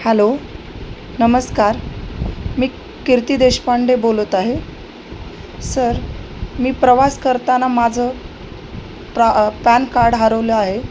hello नमस्कार मी कीर्ती देशपांडे बोलत आहे सर मी प्रवास करताना माझं प्रा पॅन कार्ड हरवलं आहे